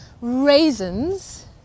raisins